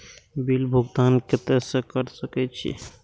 Bill भुगतान केते से कर सके छी?